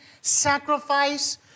sacrifice